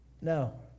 No